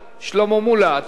אתה ראשון המציעים,